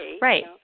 right